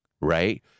right